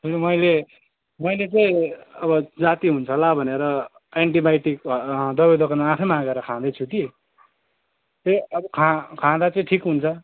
मैले मैले चाहिँ अब जाति हुन्छ होला भनेर एन्टिबायोटिक दवाई दोकानमा आफै मागेर खाँदैछु कि फेरि खा खाँदा चाहिँ ठिक हुन्छ